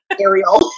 Ariel